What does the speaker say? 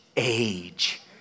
age